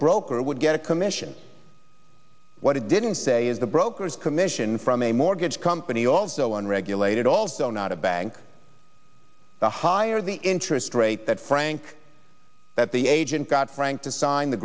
broker would get a commission what it didn't say is the broker's commission from a mortgage company also on regulated also not a bank the higher the interest rate that frank that the agent got frank